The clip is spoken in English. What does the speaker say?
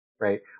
right